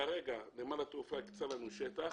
כרגע נמל התעופה הקצה לנו שטח,